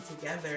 together